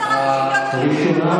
חברת הכנסת לוי,